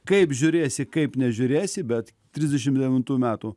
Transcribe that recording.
kaip žiūrėsi kaip nežiūrėsi bet trisdešim devintų metų